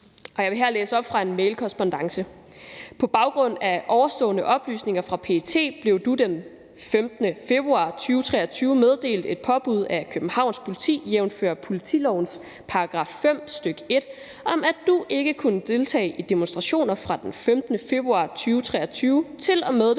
Jeg vil her læse op fra en mailkorrespondance: På baggrund af ovenstående oplysninger fra PET blev du den 15. februar 2023 meddelt et påbud af Københavns Politi, jf. politilovens § 5, stk. 1, om, at du ikke kunne deltage i demonstrationer fra den 15. februar 2023 til og med den